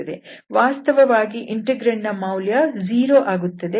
ವಾಸ್ತವವಾಗಿ ಇಂಟೆಗ್ರಾಂಡ್ ನ ಮೌಲ್ಯ 0 ಆಗುತ್ತದೆ